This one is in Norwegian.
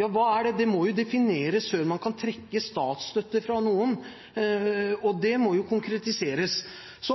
ja, hva er det? Det må defineres før en kan trekke statsstøtte fra noen. Det må konkretiseres.